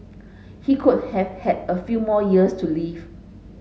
he could have had a few more years to live